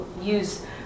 use